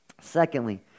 Secondly